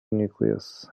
nucleus